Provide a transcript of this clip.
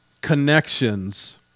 connections